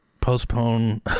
postpone